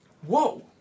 whoa